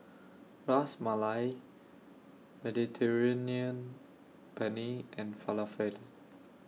Ras Malai Mediterranean Penne and Falafel